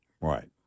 Right